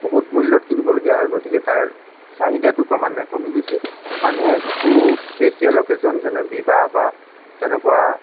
বহুত মূল্যত কিনিবলগীয়া হয় গতিকে তাৰ চাহিদাটো ক্ৰমান্বয়ে কমি গৈছে মানুহে খুব স্পেচিয়েল অ'কেজন যেনে বিবাহ বা তেনেকুৱা